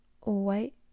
white